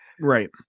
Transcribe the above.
Right